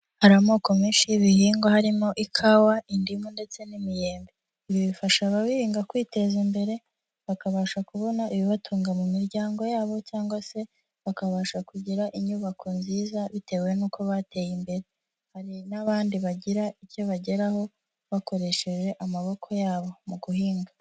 Hari amoko menshi y'ibihingwa harimo ikawa, indimu, ndetse n'imiyembe. Ibi bifasha ababihinga kwiteza imbere, bakabasha kubona ibibatunga mu miryango yabo, cyangwa se bakabasha kugira inyubako nziza bitewe n'uko bateye imbere. Hari n'abandi bagira icyo bageraho, bakoresheje amaboko yabo, mu guhinga.